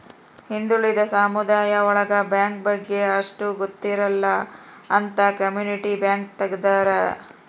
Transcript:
ಹಿಂದುಳಿದ ಸಮುದಾಯ ಒಳಗ ಬ್ಯಾಂಕ್ ಬಗ್ಗೆ ಅಷ್ಟ್ ಗೊತ್ತಿರಲ್ಲ ಅಂತ ಕಮ್ಯುನಿಟಿ ಬ್ಯಾಂಕ್ ತಗ್ದಾರ